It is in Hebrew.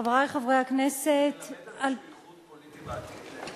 איזה איחוד פוליטי בעתיד?